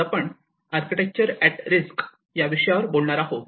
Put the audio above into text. आज आपण architecture at risk या विषयावर बोलणार आहोत